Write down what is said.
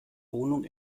wohnung